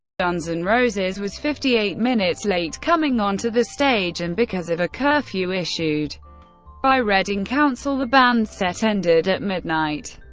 guns n' and roses was fifty eight minutes late coming on to the stage, and, because of a curfew issued by reading council the band's set ended at midnight.